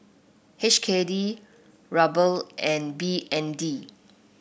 H K D Ruble and B N D